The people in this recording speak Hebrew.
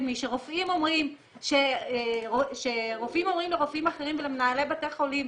כהן-קדמי שרופאים אומרים לרופאים אחרים ולמנהלי בתי חולים,